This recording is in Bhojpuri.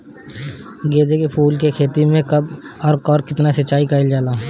गेदे के फूल के खेती मे कब अउर कितनी सिचाई कइल जाला?